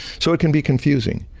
so, it can be confusing.